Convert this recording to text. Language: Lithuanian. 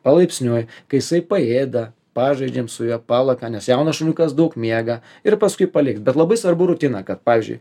palaipsniui kai jisai paėda pažaidiam su juo palaka nes jaunas šuniukas daug miega ir paskui palikt bet labai svarbu rutina kad pavyzdžiui